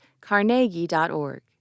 carnegie.org